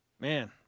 Man